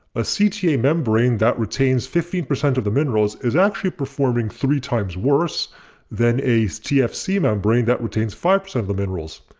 a cta membrane that retains fifteen percent of the minerals is actually performing three times worse than a tfc membrane that retains five percent of the minerals.